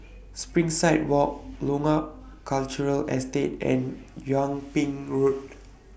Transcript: Springside Walk Loyang Cultural Estate and Yung Ping Road